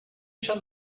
schon